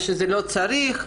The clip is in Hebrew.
שלא צריך,